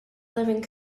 living